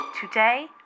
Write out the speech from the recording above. today